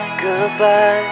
goodbye